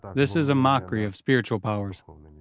this is mockery of spiritual powers.